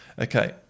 Okay